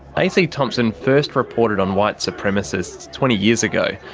ac thompson first reported on white supremacists twenty years ago.